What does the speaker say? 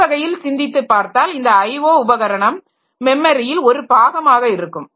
ஒருவகையில் சிந்தித்துப் பார்த்தால் இந்த IO உபகரணம் மெமரியில் ஒரு பாகமாக இருக்கும்